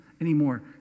anymore